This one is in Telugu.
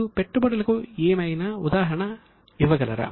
మీరు పెట్టుబడులకు ఏదైనా ఉదాహరణలు ఇవ్వగలరా